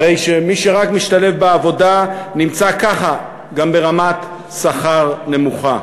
הרי מי שרק משתלב בעבודה נמצא גם ככה ברמת שכר נמוכה.